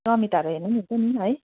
रमिताहरू हेर्नु पनि हुन्छ नि है